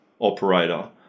operator